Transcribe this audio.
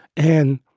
and,